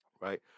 right